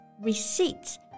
Receipts